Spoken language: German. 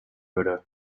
würde